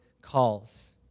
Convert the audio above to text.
calls